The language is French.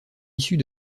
issus